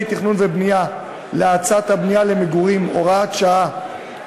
תכנון ובנייה להאצת הבנייה למגורים (הוראת שעה),